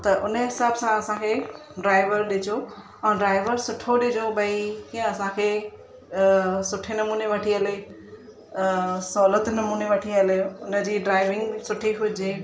त उन हिसाब सां असां खे ड्राइवर ॾिजो ऐं ड्राइवर सुठो ॾिजो भाई कीअं असांखे सुठे नमूने वठी हले सहुलियत नमूने वठी हले उन जी ड्राइविंग सुठी हुजे